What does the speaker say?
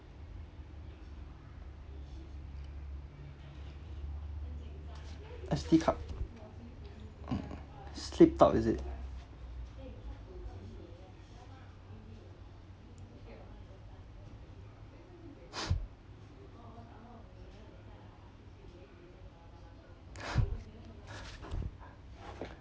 S_D card mm slipped out is